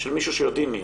של מישהו שיודעים מיהו,